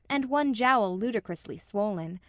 and one jowl ludicrously swollen.